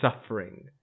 suffering